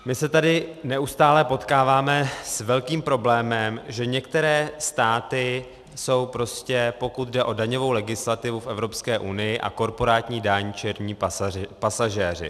My se tady neustále potkáváme s velkým problémem, že některé státy jsou prostě, pokud jde o daňovou legislativu v Evropské unii a korporátní daň, černí pasažéři.